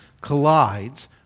collides